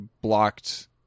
blocked